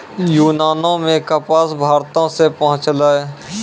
यूनानो मे कपास भारते से पहुँचलै